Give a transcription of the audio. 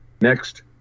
Next